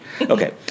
Okay